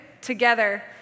together